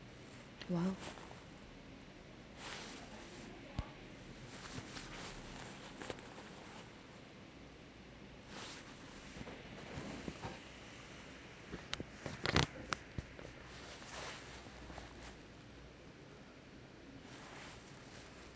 !wow!